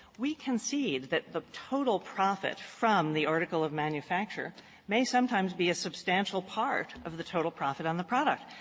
we concede that the total profit from the article of manufacture may sometimes be a substantial part of the total profit on the product.